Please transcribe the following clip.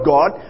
God